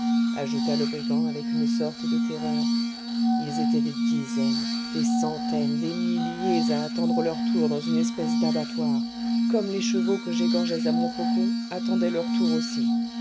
ajouta le brigand avec une sorte de terreur ils étaient des dizaines des centaines des milliers à attendre leur tour dans une espèce d'abattoir comme les chevaux que j'égorgeais à montfaucon attendaient leur tour aussi